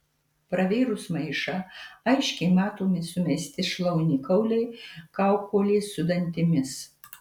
pravėrus maišą aiškiai matomi sumesti šlaunikauliai kaukolės su dantimis